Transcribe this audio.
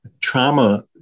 trauma